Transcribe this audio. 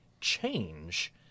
change